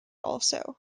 also